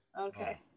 Okay